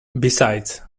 besides